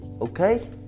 Okay